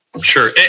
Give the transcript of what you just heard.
Sure